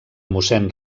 mossèn